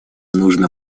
нужно